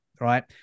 Right